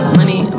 money